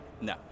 no